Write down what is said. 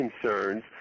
concerns